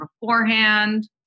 beforehand